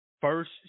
First